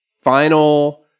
final